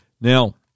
Now